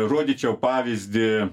rodyčiau pavyzdį